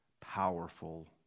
powerful